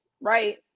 right